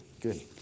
good